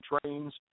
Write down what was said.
trains